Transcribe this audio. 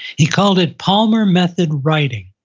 he called it palmer method writing.